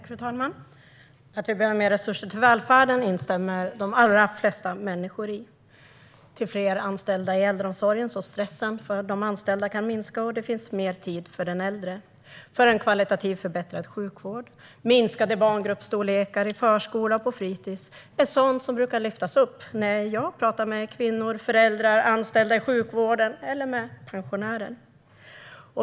Fru talman! De allra flesta människor instämmer i att vi behöver mer resurser till välfärden. Vi behöver fler anställda i äldreomsorgen så att stressen för de anställda kan minska och så att det finns mer tid för den äldre. En kvalitativt förbättrad sjukvård och minskade barngruppsstorlekar i förskolan och på fritis är också sådant som brukar lyftas upp när jag pratar med kvinnor, föräldrar, sjukvårdsanställda eller pensionärer.